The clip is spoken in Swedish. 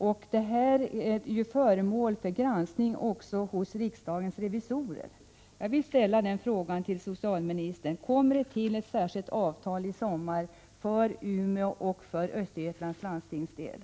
Frågan är också föremål för granskning hos riksdagens revisorer. Jag upprepar min fråga till socialministern: Kommer det ett särskilt avtal till sommaren för Västerbottens och Östergötlands läns landsting?